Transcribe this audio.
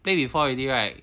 play before already right